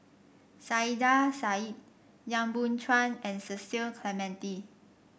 Saiedah Said Yap Boon Chuan and Cecil Clementi